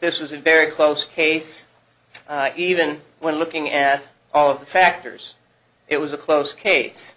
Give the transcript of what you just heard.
this was a very close case even when looking at all of the factors it was a close case